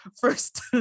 first